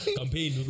campaign